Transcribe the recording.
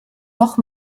noch